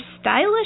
stylish